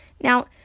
Now